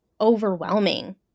overwhelming